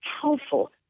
helpful